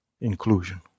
inclusion